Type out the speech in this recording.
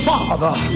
Father